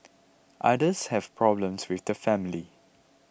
others have problems with the family